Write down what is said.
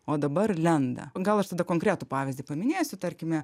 o dabar lenda o gal aš tada konkretų pavyzdį paminėsiu tarkime